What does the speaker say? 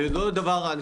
זה לא דבר רע.